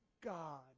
God